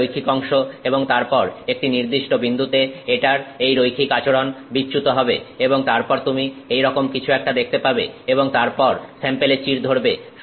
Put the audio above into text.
একটা রৈখিক অংশ এবং তারপর একটি নির্দিষ্ট বিন্দুতে এটার এই রৈখিক আচরন বিচ্যুত হবে এবং তারপর তুমি এইরকম কিছু একটা দেখতে পাবে এবং তারপর স্যাম্পেলে চিড় ধরবে